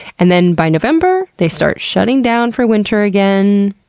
and then by november, they start shutting down for winter again,